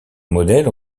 modèle